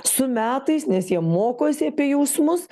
su metais nes jie mokosi apie jausmus